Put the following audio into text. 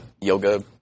yoga